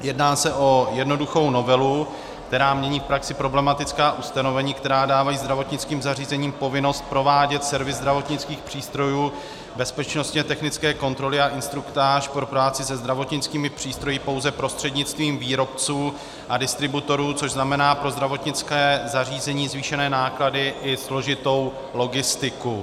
Jedná se o jednoduchou novelu, která mění v praxi problematická ustanovení, která dávají zdravotnickým zařízením povinnost provádět servis zdravotnických přístrojů, bezpečnostně technické kontroly a instruktáž pro práci se zdravotnickými přístroji pouze prostřednictvím výrobců a distributorů, což znamená pro zdravotnické zařízení zvýšené náklady i složitou logistiku.